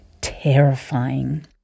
terrifying